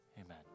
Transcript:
Amen